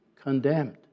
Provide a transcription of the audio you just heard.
condemned